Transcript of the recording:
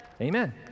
Amen